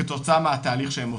כתוצאה מהתהליך שהם עוברים.